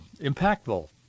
impactful